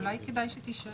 אולי כדאי שתישאר.